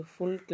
Full